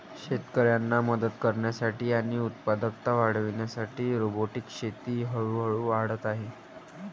शेतकऱ्यांना मदत करण्यासाठी आणि उत्पादकता वाढविण्यासाठी रोबोटिक शेती हळूहळू वाढत आहे